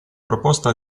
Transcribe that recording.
proposta